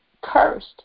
cursed